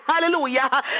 hallelujah